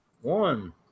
One